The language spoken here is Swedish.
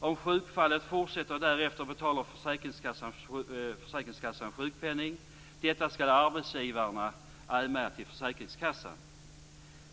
Om sjukfallet fortsätter därefter betalar försäkringskassan sjukpenning. Detta skall arbetsgivaren anmäla till Försäkringskassan.